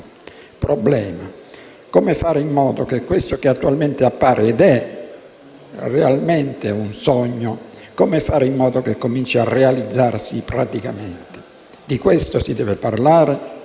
Problema: come fare in modo che questo che attualmente appare, ed è, realmente, un sogno, cominci a realizzarsi praticamente? Di questo si deve parlare.